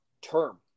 term